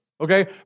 Okay